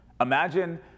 Imagine